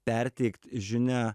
perteikt žinią